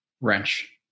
wrench